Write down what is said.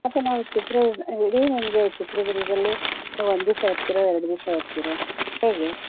ಮತ್ತು ನಾವು ಚಿತ್ರ ಇಡೀ ನಿಮಗೆ ಚಿತ್ರದುರ್ಗದಲ್ಲಿ ನೀವು ಒಂದು ದಿವಸ ಇರ್ತೀರೋ ಎರಡು ದಿವಸ ಇರ್ತೀರೋ ಹೇಗೆ